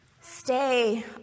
Stay